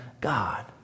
God